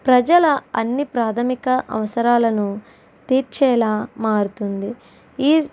ప్రజల అన్ని ప్రాథమిక అవసరాలను తీర్చేలా మారుతుంది ఈ